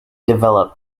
developed